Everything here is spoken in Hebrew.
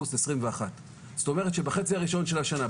באוגוסט 2021. זאת אומרת שבחלק הראשון של השנה,